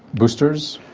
boosters?